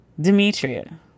Demetria